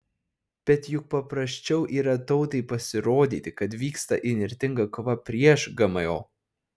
bet juk paprasčiau yra tautai pasirodyti kad vyksta įnirtinga kova prieš gmo